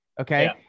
Okay